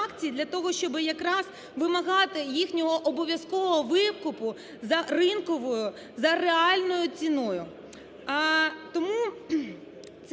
для того, щоб якраз вимагати їхнього обов'язкового викупу за ринковою, за реальною ціною.